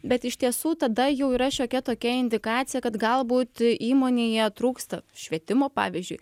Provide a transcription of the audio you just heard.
bet iš tiesų tada jau yra šiokia tokia indikacija kad galbūt įmonėje trūksta švietimo pavyzdžiui